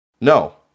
no